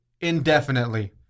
indefinitely